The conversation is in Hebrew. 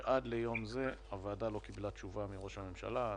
ועד ליום זה הוועדה לא קיבלה תשובה מראש הממשלה.